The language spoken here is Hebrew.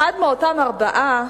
אחד מאותם ארבעה